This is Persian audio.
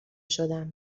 شدم